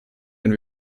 wenn